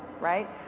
right